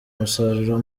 musaruro